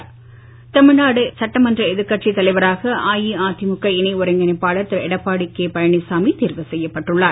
எடப்பாடி தமிழ்நாடு சட்டமன்ற எதிர்கட்சி தலைவராக அஇஅதிமுக இணை ஒருங்கிணைப்பாளர் திரு எடப்பாடி திரு கே பழனிசாமி தேர்வு செய்யப்பட்டுள்ளார்